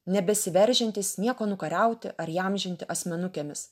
ne besiveržiantys nieko nukariauti ar įamžinti asmenukėmis